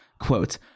quote